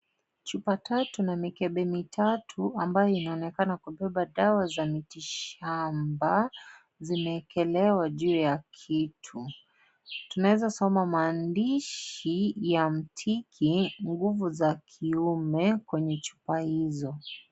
Chupa tatu na mikebe mitatau ambayo inaonekana kubeba dawa ya miti shamba zinaekelewa juu ya kitu, tunaeza soma maandishi yamtiki, nguvu za kiume kwenye chupa hizo.